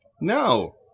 No